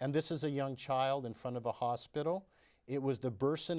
and this is a young child in front of the hospital it was the burson